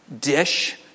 dish